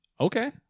Okay